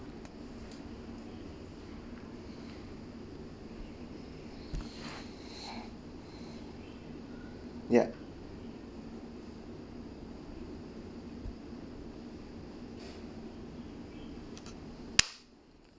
ya